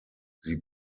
sie